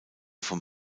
vom